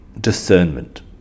discernment